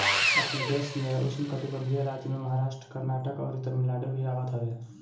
अपनी देश में उष्णकटिबंधीय राज्य में महाराष्ट्र, कर्नाटक, अउरी तमिलनाडु भी आवत हवे